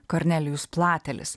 kornelijus platelis